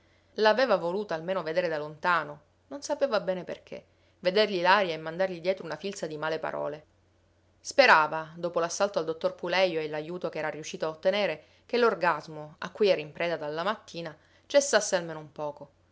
l'aveva voluto almeno vedere da lontano non sapeva bene perché vedergli l'aria e mandargli dietro una filza di male parole sperava dopo l'assalto al dottor pulejo e l'ajuto che era riuscito a ottenere che l'orgasmo a cui era in preda dalla mattina cessasse almeno un poco